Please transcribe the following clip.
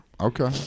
Okay